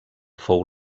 fou